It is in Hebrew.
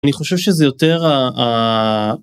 אני חושב שזה יותר ה...